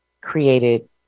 created